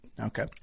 Okay